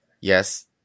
Yes